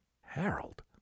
harold